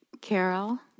Carol